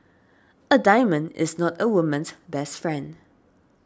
a diamond is not a woman's best friend